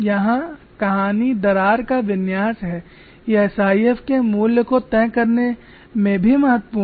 यहां कहानी दरार का विन्यास है यह एसआईएफ के मूल्य को तय करने में भी महत्वपूर्ण है